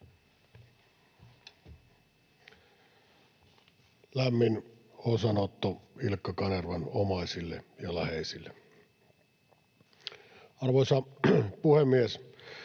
Content: Osanotto edustaja Kanervan omaisille ja läheisille. Arvoisa puhemies!